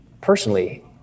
Personally